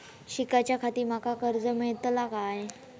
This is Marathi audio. शिकाच्याखाती माका कर्ज मेलतळा काय?